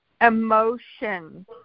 emotion